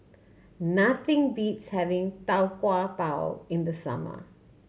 nothing beats having Tau Kwa Pau in the summer